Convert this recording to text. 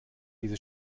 diese